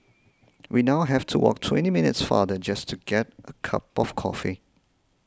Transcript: we now have to walk twenty minutes farther just to get a cup of coffee